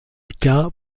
cas